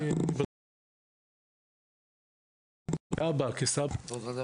אני מדבר כאבא, כסבא.